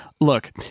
look